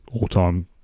all-time